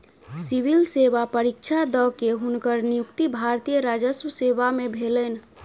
civil सेवा परीक्षा द के, हुनकर नियुक्ति भारतीय राजस्व सेवा में भेलैन